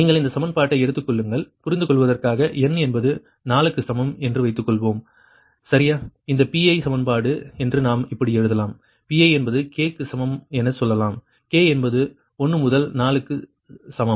நீங்கள் இந்த சமன்பாட்டை எடுத்துக் கொள்ளுங்கள் புரிந்துகொள்வதற்காக n என்பது 4 க்கு சமம் என்று வைத்துக்கொள்வோம் சரியா இந்த Pi சமன்பாடு என்று நாம் இப்படி எழுதலாம் Pi என்பது k க்கு சமம்என சொல்லலாம் k என்பது 1 முதல் 4 க்கு சமம்